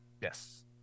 Yes